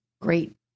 great